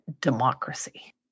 democracy